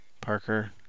Parker